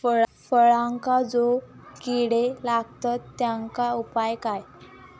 फळांका जो किडे लागतत तेनका उपाय काय?